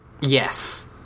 Yes